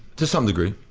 to some degree,